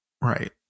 Right